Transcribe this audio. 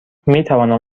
میتوانم